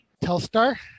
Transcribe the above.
Telstar